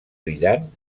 brillant